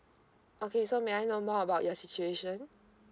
okay so may I know more about your situation